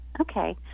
okay